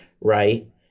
right